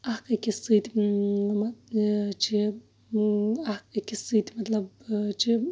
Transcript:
اکھ أکِس سۭتۍ مطلب چھِ اکھ أکِس سۭتۍ مطلب چھِ